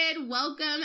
Welcome